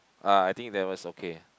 ah I think that was okay